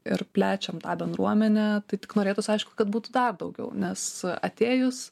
ir plečiam tą bendruomenę tai tik norėtųs aišku kad būtų dar daugiau nes atėjus